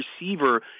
receiver